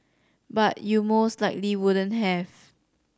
but you most likely wouldn't have